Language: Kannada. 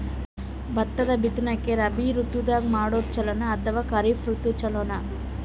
ಭತ್ತದ ಬಿತ್ತನಕಿ ರಾಬಿ ಋತು ದಾಗ ಮಾಡೋದು ಚಲೋನ ಅಥವಾ ಖರೀಫ್ ಋತು ಚಲೋನ?